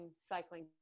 cycling